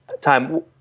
time